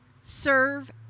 Serve